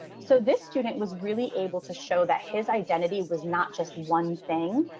so this student was really able to show that his identity was not just one thing,